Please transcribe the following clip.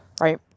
right